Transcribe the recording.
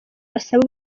basaba